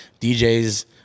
DJs